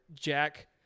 Jack